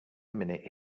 minute